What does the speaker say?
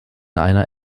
einer